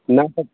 नहि